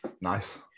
Nice